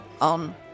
on